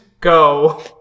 go